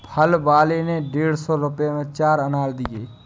फल वाले ने डेढ़ सौ रुपए में चार अनार दिया